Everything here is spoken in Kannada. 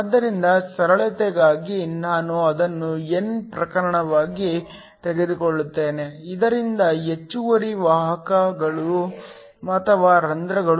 ಆದ್ದರಿಂದ ಸರಳತೆಗಾಗಿ ನಾನು ಅದನ್ನು n ಪ್ರಕಾರವಾಗಿ ತೆಗೆದುಕೊಳ್ಳುತ್ತೇನೆ ಇದರಿಂದ ಹೆಚ್ಚುವರಿ ವಾಹಕಗಳು ಅಥವಾ ರಂಧ್ರಗಳು